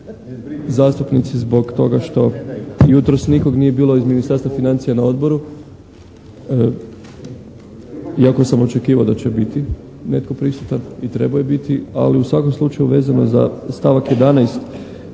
zastupnici zbog toga što jutros nikoga nije bilo iz Ministarstva financija na odboru, iako sam očekivao da će biti netko prisutan i trebao je biti, ali u svakom slučaju vezano za stavak 11.